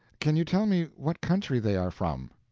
can you tell me what country they are from?